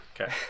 okay